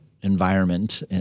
environment